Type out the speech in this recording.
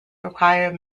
require